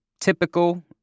typical